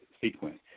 sequence